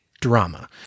drama